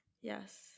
Yes